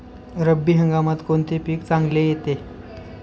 रब्बी हंगामात कोणते पीक चांगले येते?